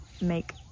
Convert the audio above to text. make